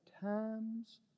times